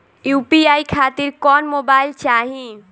UPI खातिर कौन mobile चाहीं?